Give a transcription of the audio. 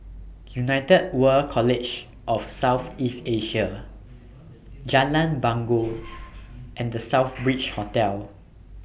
United World College of South East Asia Jalan Bangau and The Southbridge Hotel